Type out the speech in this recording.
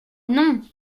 non